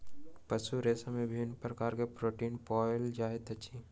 पशु रेशा में विभिन्न प्रकार के प्रोटीन पाओल जाइत अछि